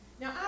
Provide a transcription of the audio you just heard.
Now